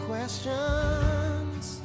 Questions